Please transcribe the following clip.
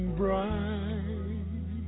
bright